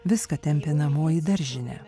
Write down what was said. viską tempė namo į daržinę